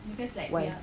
why